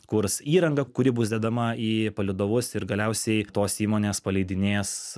kurs įrangą kuri bus dedama į palydovus ir galiausiai tos įmonės paleidinės